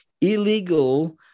illegal